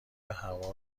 هوا